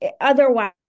otherwise